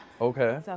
Okay